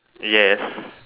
yes